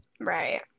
right